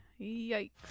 Yikes